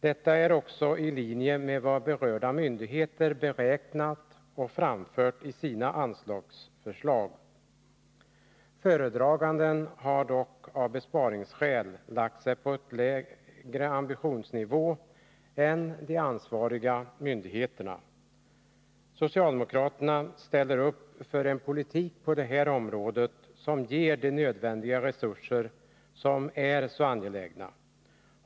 Detta är också i linje med vad berörda myndigheter beräknat och framfört i sina anslagsförslag. Föredraganden har dock av besparingsskäl placerat sitt förslag på en lägre ambitionsnivå än de ansvariga myndigheterna gjort. Socialdemokraterna ställer upp för en politik på det här området som ger de resurser som är så angelägna.